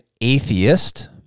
atheist